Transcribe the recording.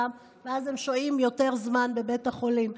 ואז הם שוהים יותר זמן בבית החולים.